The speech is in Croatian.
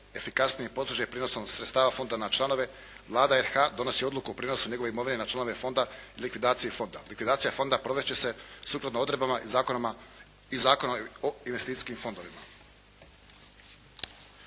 najefikasnije posluže prijenosom sredstava Fonda na članove Vlada RH donosi odluku o prijenosu njegove imovine na članove Fonda i likvidaciju Fonda. Likvidacija Fonda provest će se sukladno odredbama iz Zakona o investicijskim fondovima.“